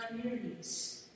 communities